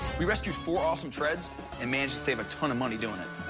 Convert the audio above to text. we rescued four awesome treads and managed to save a ton of money doing it.